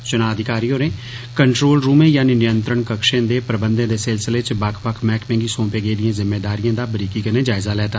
चुना अधिकारी होरें कंट्रोल रूमें यानि नियंत्रण कक्षें दे प्रबंधे दे सिलसिले च बक्ख बक्ख मैहकमें गी सौंपे गेदियें जिम्मेदारियें दा बरीकी कन्नै जायज़ा लैता